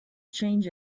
change